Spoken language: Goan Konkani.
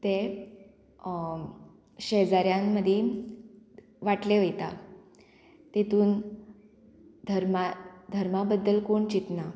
ते शेजाऱ्यां मदीं वांटले वयता तितून धर्मा धर्मा बद्दल कोण चिंतना